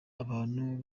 abantu